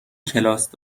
کلاس